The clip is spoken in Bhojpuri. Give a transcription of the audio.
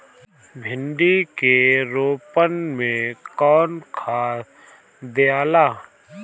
भिंदी के रोपन मे कौन खाद दियाला?